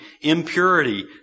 impurity